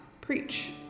preach